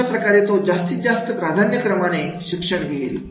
अशाप्रकारे तो जास्तीत जास्त प्राधान्यक्रमाने शिक्षण घेईल